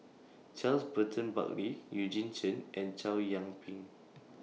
Charles Burton Buckley Eugene Chen and Chow Yian Ping